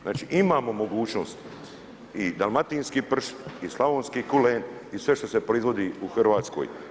Znači imamo mogućnost i dalmatinski pršut i slavonski kulen i sve što se proizvodi u Hrvatskoj.